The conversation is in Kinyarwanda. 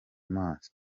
amaso